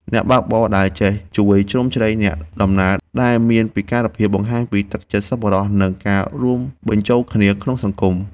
អ្នកបើកបរដែលចេះជួយជ្រោមជ្រែងអ្នកដំណើរដែលមានពិការភាពបង្ហាញពីទឹកចិត្តសប្បុរស និងការរួមបញ្ចូលគ្នាក្នុងសង្គម។